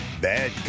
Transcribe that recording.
bad